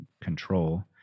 control